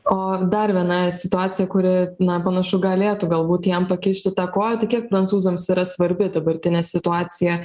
o dar viena situacija kuri na panašu galėtų galbūt jam pakišti tą koją tai kiek prancūzams yra svarbi dabartinė situacija